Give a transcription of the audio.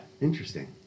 Interesting